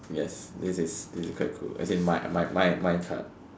yes this is this is quite cool as in my my my card